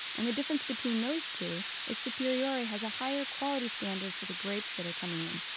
and the difference between those two is superiore has a higher quality standard for the grapes that are coming in.